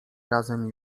razem